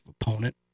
opponent